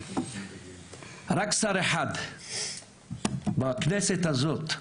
רק שר אחד בכנסת הזאת,